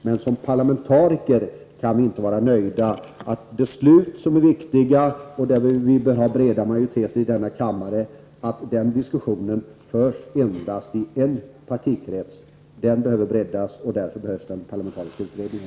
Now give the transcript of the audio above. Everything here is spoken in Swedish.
Men som parlamentariker kan vi inte vara nöjda med att diskussionen om att beslut som är viktiga och behöver ha breda majoriteter i denna kammare förs endast i en partikrets. Den diskussionen behöver breddas, och därför behövs det en parlamentarisk utredning.